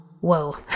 Whoa